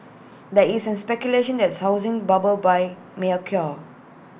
there isn't speculation that's housing bubble may occur